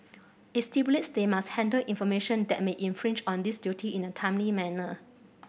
it stipulates they must handle information that may infringe on this duty in a timely manner